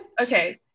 Okay